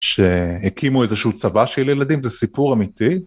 שהקימו איזשהו צבא של ילדים, זה סיפור אמיתי.